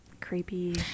creepy